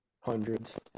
Hundreds